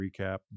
recap